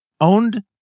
owned